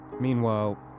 Meanwhile